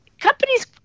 companies